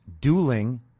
dueling